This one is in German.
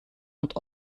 und